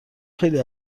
خیلی